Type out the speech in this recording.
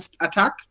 attack